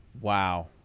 Wow